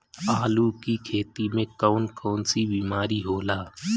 आलू की खेती में कौन कौन सी बीमारी होला?